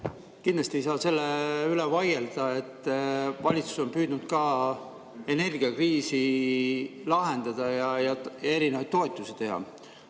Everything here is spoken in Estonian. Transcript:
Kindlasti ei saa selle üle vaielda, et valitsus on püüdnud ka energiakriisi lahendada ja erinevaid toetusi teha.